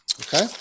Okay